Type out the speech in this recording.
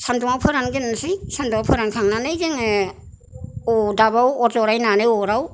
सान्दुङाव फोरनग्रोनोसै सान्दुङवा फोराननानै जोङो अदाबाव अर जलायनानै अराव